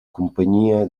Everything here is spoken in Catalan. companyia